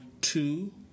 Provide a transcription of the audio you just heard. two